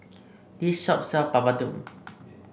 this shop sell Papadum